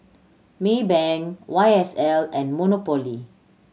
Maybank Y S L and Monopoly